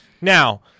Now